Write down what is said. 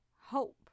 hope